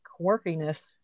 quirkiness